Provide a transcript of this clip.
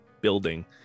building